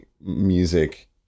music